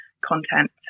content